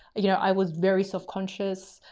you know, i was very self conscious,